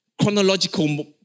chronological